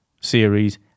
series